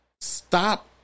stop